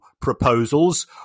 proposals